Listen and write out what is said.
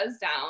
down